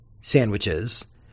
sandwiches